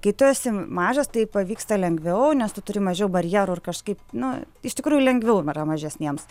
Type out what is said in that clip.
kai tu esi mažas tai pavyksta lengviau nes tu turi mažiau barjerų ir kažkaip nu iš tikrųjų lengviau yra mažesniems